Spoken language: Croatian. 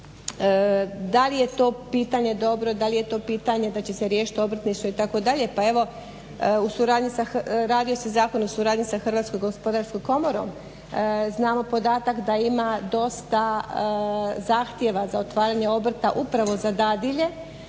da li je to pitanje, da li je to pitanje da će se riješiti obrtništvo itd. pa evo u suradnji, radi se Zakon o suradnji sa Hrvatskom gospodarskom komorom. Znamo podatak da ima dosta zahtjeva za otvaranje obrta upravo za dadilje.